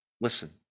Listen